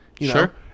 Sure